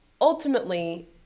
Ultimately